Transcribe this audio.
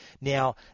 Now